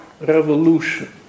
revolution